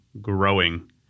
growing